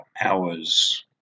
hours